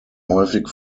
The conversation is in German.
häufig